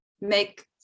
make